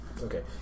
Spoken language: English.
Okay